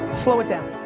slow it down.